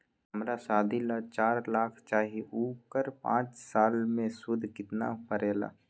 हमरा शादी ला चार लाख चाहि उकर पाँच साल मे सूद कितना परेला?